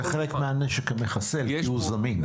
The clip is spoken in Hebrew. זה חלק מהנשק המחסל, כי הוא זמין.